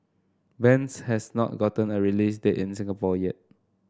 bends has not gotten a release date in Singapore yet